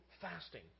fasting